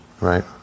Right